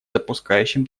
допускающим